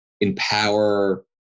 empower